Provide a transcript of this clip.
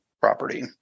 property